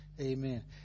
Amen